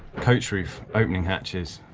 coach roof opening hatches,